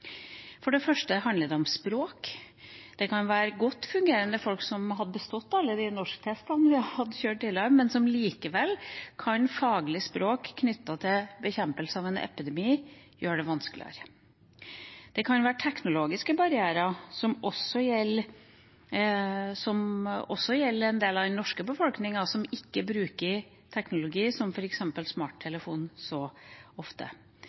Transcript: For det første handler det om språk. Det kan være godt fungerende folk som har bestått alle de norsktestene vi har kjørt dem igjennom, men likevel kan faglig språk knyttet til bekjempelse av en epidemi, gjøre det vanskeligere. Det kan være teknologiske barrierer – og det gjelder også en del av den norske befolkninga som ikke bruker teknologi, som f.eks. smarttelefon, så ofte.